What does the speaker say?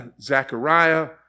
Zechariah